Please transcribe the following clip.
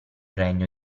regno